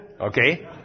Okay